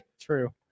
true